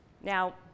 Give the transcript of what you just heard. Now